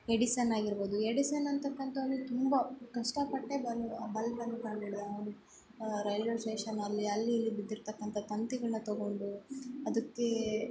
Edison ಆಗಿರ್ಬೌದು Edison ಅಂತಕ್ಕಂಥವ್ನು ತುಂಬ ಕಷ್ಟಪಟ್ಟೆ ಬಂದು ಬಲ್ಬನ್ನು ಕಂಡು ಹಿಡಿದ ರೈಲ್ವೆ ಸ್ಟೇಷನ್ಲ್ಲಿ ಅಲ್ಲಿ ಇಲ್ಲಿ ಬಿದ್ದಿರ್ತಕ್ಕಂಥ ತಂತಿಗಳನ್ನ ತಗೊಂಡು ಅದಕ್ಕೇ